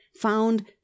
found